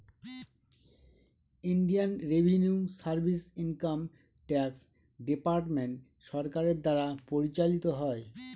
Indian revenue service income tax department সরকারের দ্বারা পরিচালিত হয়